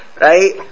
Right